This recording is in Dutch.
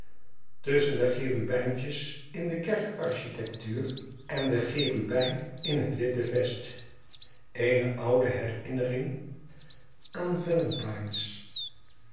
tusschen de cherubijntjes in de kerk architectuur en den cherubijn in het witte vest eene oude herinnering aan